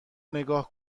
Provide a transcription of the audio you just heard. نگاه